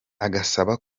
agasaba